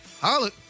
Holla